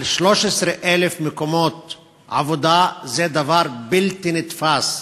על 13,000 מקומות עבודה, זה דבר בלתי נתפס,